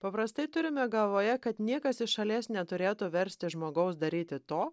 paprastai turime galvoje kad niekas iš šalies neturėtų versti žmogaus daryti to